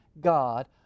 God